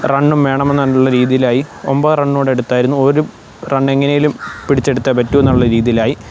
റണ്ണും വേണമെന്നുള്ള രീതിയിലായി ഒമ്പത് റണ്ണും കൂടെ എടുത്തിരുന്നു ഒരു റൺ എങ്ങനെയെങ്കിലും പിടിച്ചെടുത്തേ പറ്റൂ എന്നുള്ള രീതിയിലായി